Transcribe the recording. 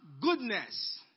Goodness